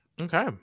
Okay